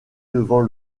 devant